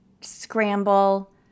scramble